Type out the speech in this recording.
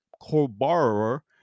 co-borrower